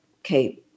okay